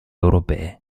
europee